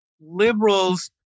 liberals